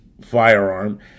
firearm